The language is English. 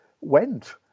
went